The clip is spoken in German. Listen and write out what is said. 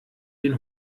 den